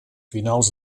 finals